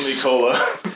Cola